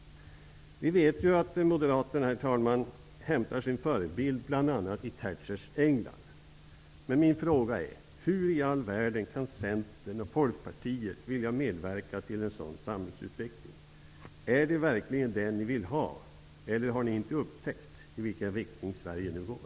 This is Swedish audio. Vi vet ju att Moderaterna hämtar sin förebild bl.a. i Thatchers England. Men min fråga är: Hur i all världen kan Centern och Folkpartiet vilja medverka till en sådan samhällsutveckling? Är det verkligen den ni vill ha? Eller har ni inte upptäckt i vilken riktning Sverige nu går?